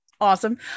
Awesome